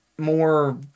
more